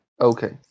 okay